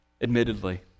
Admittedly